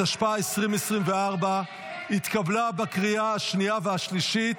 התשפ"ה 2024, התקבלה בקריאה השנייה והשלישית,